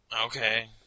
Okay